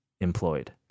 employed